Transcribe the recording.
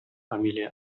familie